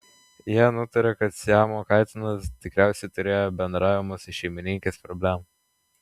jie nutarė kad siamo katinas tikriausiai turėjo bendravimo su šeimininkais problemų